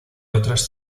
otras